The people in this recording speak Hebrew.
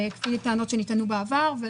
כפי טענות שנטענו בעבר.